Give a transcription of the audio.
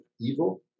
evil